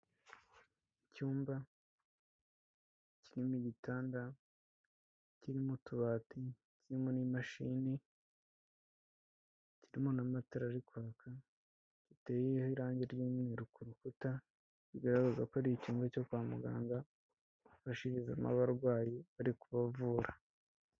Icyumba kirimo ibitanda, kirimo utubati, kirimo n'imashini, kirimo n'amatara ari kwaka, giteyeho irangi ry'umweru ku rukuta, bigaragaza ko ari icyumba cyo kwa muganga, bafashirizamo abarwayi bari kubavura.